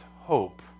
hope